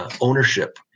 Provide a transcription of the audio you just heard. Ownership